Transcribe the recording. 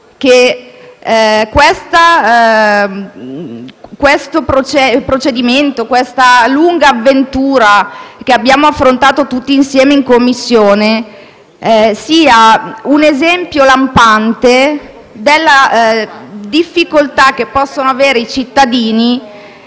che questo procedimento e questa lunga avventura, che abbiamo affrontato tutti insieme nelle Commissioni riunite, costituiscano un esempio lampante delle difficoltà che possono avere i cittadini